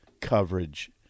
coverage